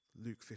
Luke